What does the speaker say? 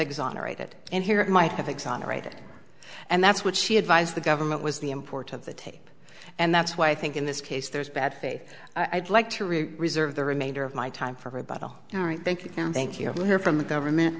exonerated and here it might have exonerated and that's what she advised the government was the import of the tape and that's why i think in this case there's bad faith i'd like to really reserve the remainder of my time for rebuttal all right thank you thank you we'll hear from the government